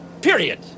Period